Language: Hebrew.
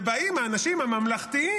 ובאים האנשים הממלכתיים,